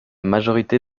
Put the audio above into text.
majorité